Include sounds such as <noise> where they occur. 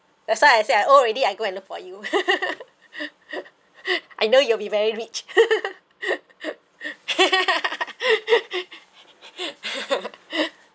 that's why I say I old already I go and look for you <laughs> I know you'll be very rich <laughs>